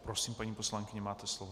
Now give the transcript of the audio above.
Prosím, paní poslankyně, máte slovo.